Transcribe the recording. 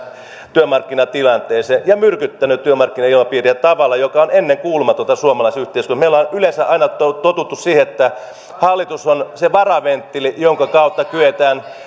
työmarkkinatilanteeseen ja myrkyttänyt työmarkkinailmapiiriä tavalla joka on ennenkuulumatonta suomalaisessa yhteiskunnassa meillä on yleensä aina totuttu siihen että hallitus on se varaventtiili jonka kautta kyetään